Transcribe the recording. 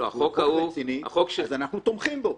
והוא כל כך רציני, אז אנחנו תומכים בו.